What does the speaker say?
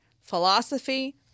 philosophy